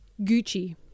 Gucci